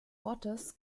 ortes